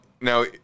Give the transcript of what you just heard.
now